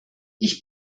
ich